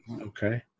Okay